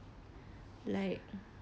like